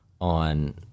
On